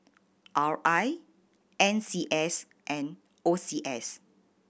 R I N C S and O C S